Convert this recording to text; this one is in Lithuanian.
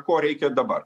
ko reikia dabar